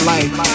life